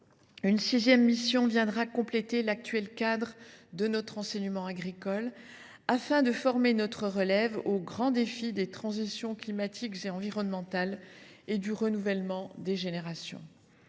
une sixième mission viendra compléter l’actuel cadre de notre enseignement agricole, afin de former notre relève aux grands défis des transitions climatiques et environnementales et du renouvellement des générations.